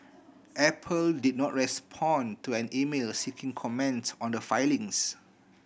apple did not respond to an email seeking comment on the filings